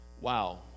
Wow